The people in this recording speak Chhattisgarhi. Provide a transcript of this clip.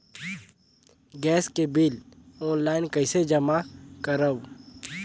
गैस के बिल ऑनलाइन कइसे जमा करव?